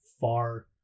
far